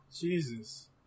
Jesus